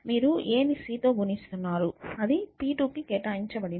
మీరు aని cతో గుణిస్తున్నారు అది p2 కి కేటాయించబడింది